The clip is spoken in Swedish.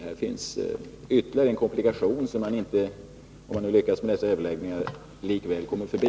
Här finns alltså ytterligare en komplikation som man, även om man nu lyckas med dessa överläggningar, likväl inte kommer förbi.